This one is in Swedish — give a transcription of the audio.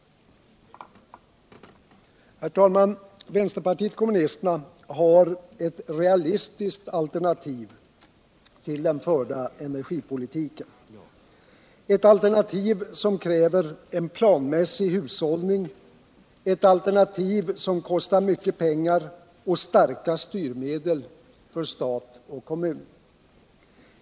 Herr talman! Vänsterpartiet kommunisterna har ett realistiskt alternativ till den förda energipolitiken, ew alternativ som kräver en planmissig hushållning, ett alternativ som kostar mycket pengar och kräver starka styrmedel för stat och kommun.